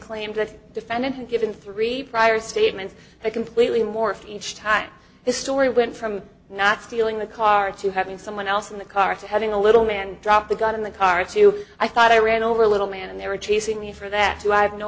claim to defend and given three prior statements they completely morphed each time his story went from not stealing the car to having someone else in the car to having a little man drop the gun in the car too i thought i ran over a little man and they were chasing me for that too i have no